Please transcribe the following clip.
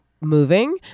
moving